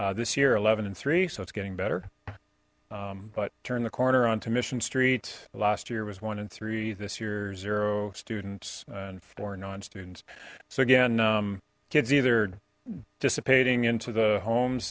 this year eleven and three so it's getting better but turn the corner on to mission street last year was one in three this year zero students and for non students so again kids either dissipating into the homes